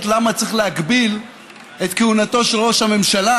למה צריך להגביל את כהונתו של ראש הממשלה,